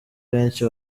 benshi